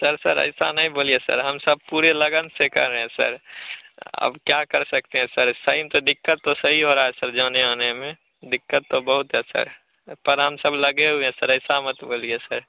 sir sir ऐसा नहीं बोलिए सर हम सब पूरे लगन से कर रहें सर अब क्या कर सकते हैं सर सही में तो दिक्कत तो सही हो रहा है सर जाने आने में दिक्कत तो बहुत है सर पर हम सब लगे हुए हैं सर ऐसा मत बोलिए सर